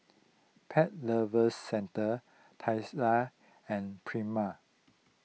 Pet Lovers Centre Tesla and Prima